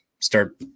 start